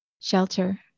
shelter